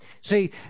See